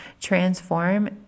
transform